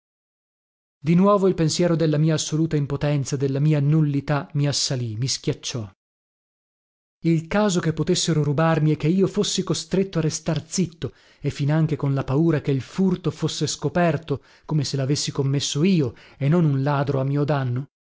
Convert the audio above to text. di nuovo il pensiero della mia assoluta impotenza della mia nullità mi assalì mi schiacciò il caso che potessero rubarmi e che io fossi costretto a restar zitto e finanche con la paura che il furto fosse scoperto come se lavessi commesso io e non un ladro a mio danno